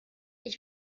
ich